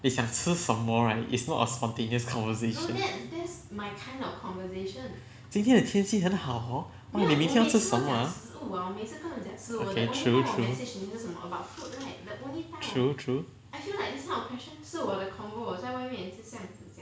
你想吃什么 right it's not a spontaneous conversation 今天的天气很好 hor oh 你明天要吃什么 ah